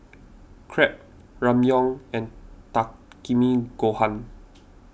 Crepe Ramyeon and Takikomi Gohan